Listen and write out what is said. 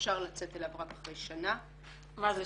אפשר לצאת אליו רק אחרי שנה -- מה זה,